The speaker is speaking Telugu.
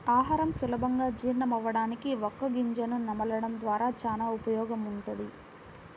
ఆహారం సులభంగా జీర్ణమవ్వడానికి వక్క గింజను నమలడం ద్వారా చానా ఉపయోగముంటది